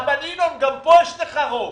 ינון, גם פה יש לך רוב.